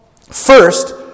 first